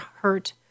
hurt